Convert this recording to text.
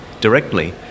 directly